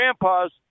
Grandpa's